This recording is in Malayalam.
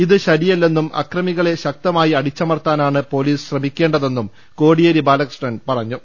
ഇത് ശരിയല്ലെന്നും അക്ര മികളെ ശക്തമായി അടിച്ചമർത്താനാണ് പൊലീസ് ശ്രമി ക്കേണ്ടതെന്നും കോടിയേരി ബാലകൃഷ്ണൻ പറഞ്ഞു